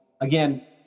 Again